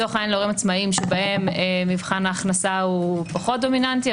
שהם לצורך העניין להורים עצמאיים שבהם מבחן ההכנסה פחות דומיננטי,